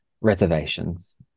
reservations